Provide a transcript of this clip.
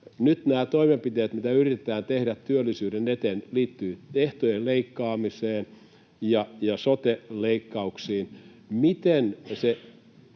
nyt nämä toimenpiteet, mitä yritetään tehdä työllisyyden eteen, liittyvät ehtojen leikkaamiseen ja sote-leikkauksiin.